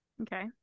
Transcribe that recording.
Okay